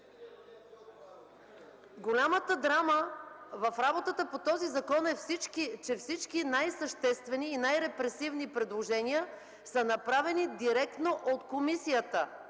Голямата драма в работата по този закон е, че всички най-съществени и най-репресивни предложения са направени директно от комисията